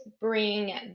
bring